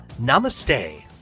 namaste